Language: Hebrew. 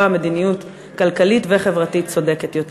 מדיניות כלכלית וחברתית צודקת יותר.